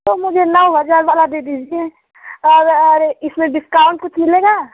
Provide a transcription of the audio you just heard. तो मुझे नौ हज़ार वाला दे दीजिए और और इसमें डिकाउंट कुछ मिलेगा